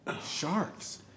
sharks